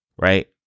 right